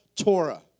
Torah